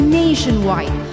nationwide